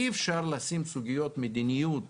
אי אפשר לשים סוגיות מדיניות